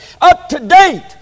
up-to-date